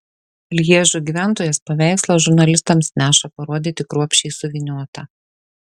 lježo gyventojas paveikslą žurnalistams neša parodyti kruopščiai suvyniotą